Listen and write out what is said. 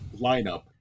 lineup